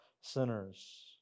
sinners